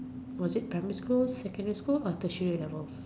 was it primary school secondary school or Tertiary levels